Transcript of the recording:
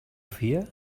fia